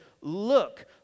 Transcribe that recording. look